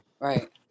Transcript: Right